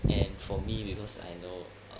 and for me because I know err